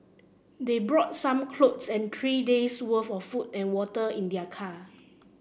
they brought some clothes and three days worth of food and water in their car